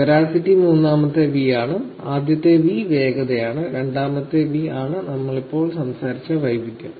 veracity മൂന്നാമത്തെ V ആണ് ആദ്യ വി വേഗതയാണ് രണ്ടാമത്തെ വി ആണ് നമ്മൾ ഇപ്പോൾ സംസാരിച്ച വൈവിധ്യം